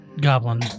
Goblin